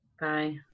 Bye